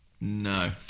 No